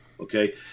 Okay